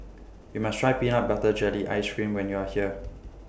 YOU must Try Peanut Butter Jelly Ice Cream when YOU Are here